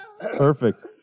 Perfect